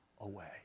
away